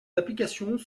applications